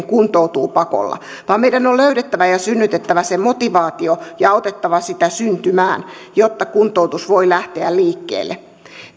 kuntoutuu pakolla vaan meidän on löydettävä ja synnytettävä se motivaatio ja autettava sitä syntymään jotta kuntoutus voi lähteä liikkeelle